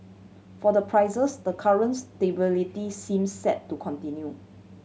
for the prices the current stability seem set to continue